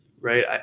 Right